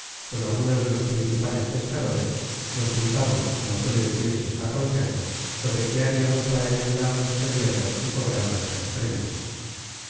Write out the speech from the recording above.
con algunos de los principales pescadores nos juntamos como suele decirse á consejo sobre qué hariamos para enmendar nuestro yerro y cobrar nuestras prendas